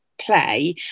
play